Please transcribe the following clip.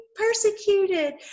persecuted